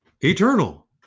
eternal